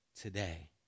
today